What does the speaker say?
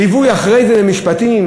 ליווי אחרי זה למשפטים.